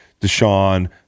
Deshaun